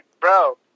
bro